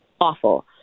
awful